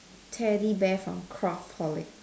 teddy bear from craftaholic